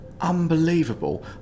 unbelievable